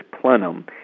plenum